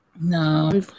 No